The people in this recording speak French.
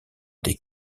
des